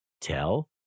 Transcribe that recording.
tell